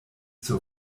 zur